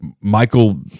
Michael